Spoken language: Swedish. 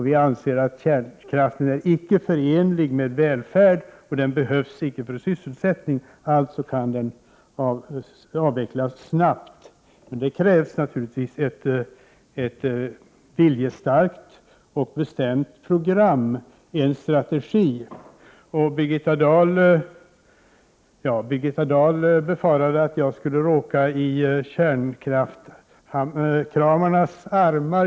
Vi anser att kärnkraften icke är förenlig med välfärd och att den icke behövs för sysselsättningen. Alltså kan den avvecklas snabbt. Men det kräver naturligtvis ett viljestarkt och bestämt program, dvs. en strategi. Birgitta Dahl befarade att jag skulle råka i kärnkraftskramarnas armar.